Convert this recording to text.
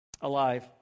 alive